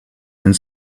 and